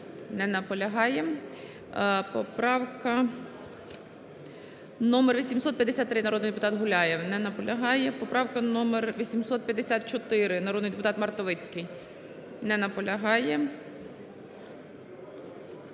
Не наполягає. Поправка номер 853, народний депутат Гуляєв. Не наполягає. Поправка номер 854, народний депутат Мартовицький. Не наполягає.